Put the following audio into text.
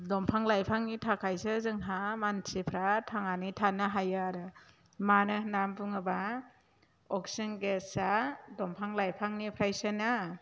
दंफां लाइफांनि थाखायसो जोंहा मानसिफ्रा थांनानै थानो हायो आरो मानो होननानै बुङोब्ला अक्सिजेन गेसआ दंफां लाइफांनिफ्रायसोनो